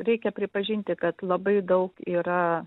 reikia pripažinti kad labai daug yra